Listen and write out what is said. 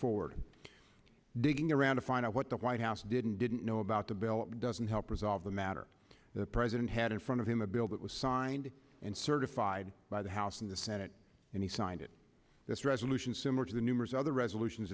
forward digging around to find out what the white house didn't didn't know about the bill doesn't help resolve the matter the president had in front of him a bill that was signed and certified by the house in the senate and he signed it this resolution similar to the numerous other resolutions